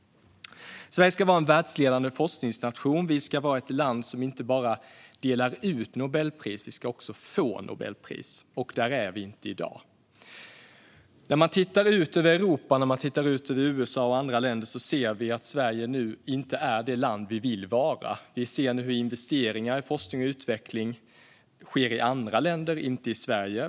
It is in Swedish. Sverige ska vara en världsledande forskningsnation. Vi ska vara ett land som inte bara delar ut Nobelpris. Vi ska också få Nobelpris. Där är vi inte i dag. När vi tittar ut över Europa, USA och andra länder ser vi att Sverige inte nu är det land vi vill vara. Vi ser hur investeringar i forskning och utveckling sker i andra länder och inte i Sverige.